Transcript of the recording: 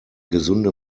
gesunde